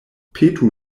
petu